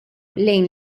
lejn